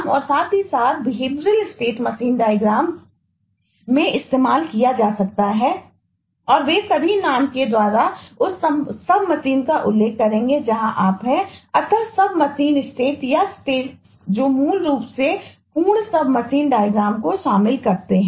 और वे सभी नाम के द्वारा उसी सबमशीन को शामिल करते हैं